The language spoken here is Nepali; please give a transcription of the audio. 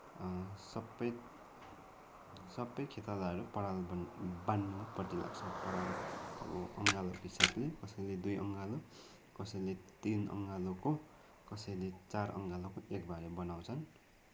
सबै सबै खेतालाहरू पराल बन बान्नुपट्टि लाग्छ पराल अब अँगालोको हिसाबले अब कसैले दुई अँगालोको कसैले तिन अँगालोको कसैले चार अँगालोको एक भारी बनाउँछन्